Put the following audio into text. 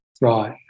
right